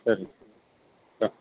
ಸರಿ ಹಾಂ